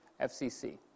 FCC